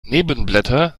nebenblätter